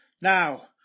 Now